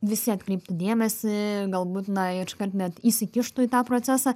visi atkreiptų dėmesį galbūt na ir iškart net įsikištų į tą procesą